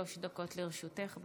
שלוש דקות לרשותך.